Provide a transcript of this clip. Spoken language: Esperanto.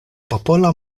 popola